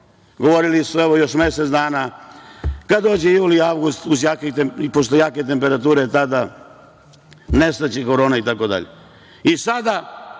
evo još mesec dana, kada dođe jul, avgust, pošto jake temperature tada, nestaće korona itd.